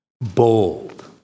Bold